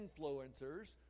influencers